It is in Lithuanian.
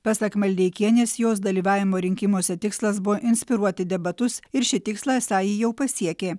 pasak maldeikienės jos dalyvavimo rinkimuose tikslas buvo inspiruoti debatus ir šį tikslą esą ji jau pasiekė